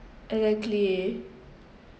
exactly